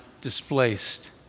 displaced